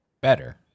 better